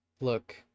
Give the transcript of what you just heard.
look